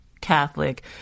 catholic